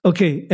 Okay